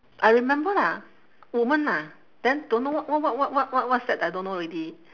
I remember lah women lah then don't know what what what what what what's that I don't know already